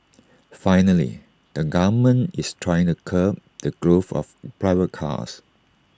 finally the government is trying to curb the growth of private cars